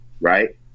right